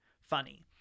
funny